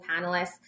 panelists